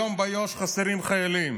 חסרים היום חיילים